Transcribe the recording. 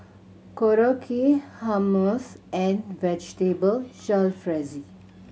Korokke Hummus and Vegetable Jalfrezi